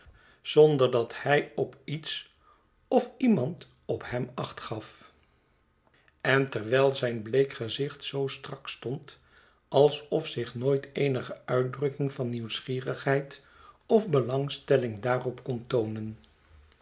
zonder dat hij op iets of iemand op hem acht gaf en terwijl zijn bleek gezicht zoo strak stond alsof zich nooit eenige uitdrukking van nieuwsgierigheid of belangstelling daarop kon toonen